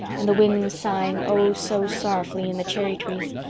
and the wind sighing, oh, so sorrowfully in the cherry trees.